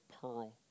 pearl